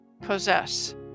possess